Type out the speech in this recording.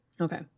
Okay